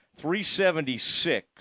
376